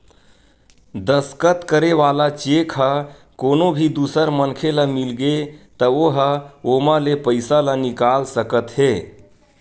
दस्कत करे वाला चेक ह कोनो भी दूसर मनखे ल मिलगे त ओ ह ओमा ले पइसा ल निकाल सकत हे